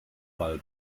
ball